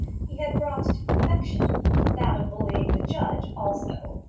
he had brought to perfection that of bullying the judge also.